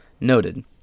noted